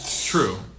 True